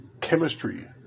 chemistry